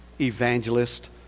evangelist